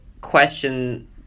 question